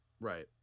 Right